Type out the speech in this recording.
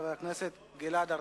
חבר הכנסת גלעד ארדן.